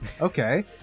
okay